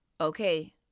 Okay